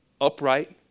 upright